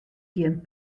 gjin